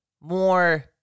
more